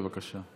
בבקשה.